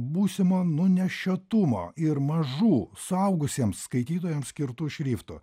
būsimo nunešiotumo ir mažų suaugusiems skaitytojams skirto šrifto